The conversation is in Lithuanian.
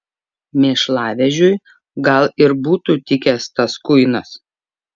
mėšlavežiui gal ir būtų tikęs tas kuinas